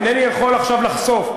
אינני יכול עכשיו לחשוף,